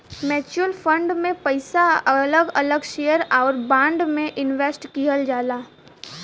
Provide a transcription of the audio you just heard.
mutual fund में पइसा अलग अलग शेयर आउर बांड में इनवेस्ट किहल जाला